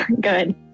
good